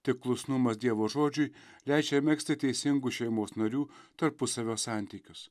tik klusnumas dievo žodžiui leidžia megzti teisingų šeimos narių tarpusavio santykius